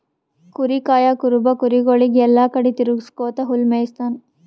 ಕುರಿ ಕಾಯಾ ಕುರುಬ ಕುರಿಗೊಳಿಗ್ ಎಲ್ಲಾ ಕಡಿ ತಿರಗ್ಸ್ಕೊತ್ ಹುಲ್ಲ್ ಮೇಯಿಸ್ತಾನ್